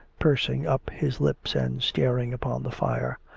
pursing up his lips and staring upon the fire.